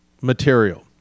material